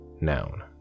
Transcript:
noun